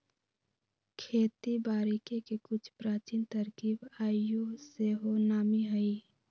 खेती बारिके के कुछ प्राचीन तरकिब आइयो सेहो नामी हइ